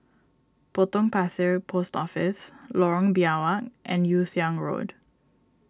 Potong Pasir Post Office Lorong Biawak and Yew Siang Road